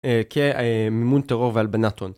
כמימון טרור והלבנת הון.